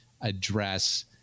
address